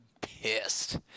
pissed